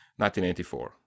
1984